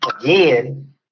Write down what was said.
again